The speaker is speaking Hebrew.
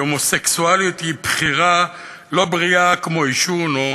שהומוסקסואליות היא בחירה לא בריאה כמו עישון או